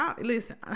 Listen